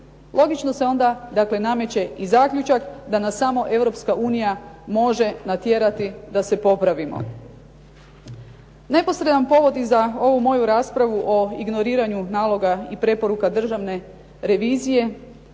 Logično se onda dakle nameće i zaključak da nas samo Europska unija može natjerati da se popravimo. Neposredan povod i za ovu moju raspravu o ignoriranju naloga i preporuka Državne revizije